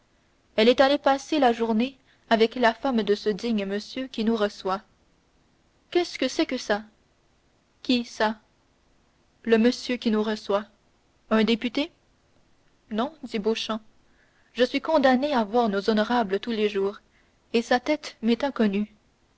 elle est allée passer la journée avec la femme de ce digne monsieur qui nous reçoit qu'est-ce que c'est que ça qui ça le monsieur qui nous reçoit un député non dit beauchamp je suis condamné à voir nos honorables tous les jours et sa tête m'est inconnue